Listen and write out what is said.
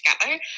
together